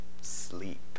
sleep